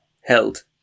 held